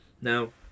Now